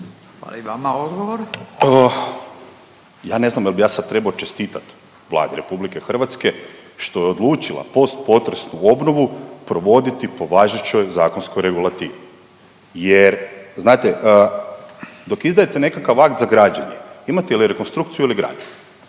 Tomislav (SDP)** Ja ne znam jel bi ja sad trebao čestitat Vladi RH što je odlučila postpotresnu obnovu provoditi po važećoj zakonskoj regulativi jer znate dok izdajete nekakav akt za građenje, imate ili rekonstrukciju ili gradnju.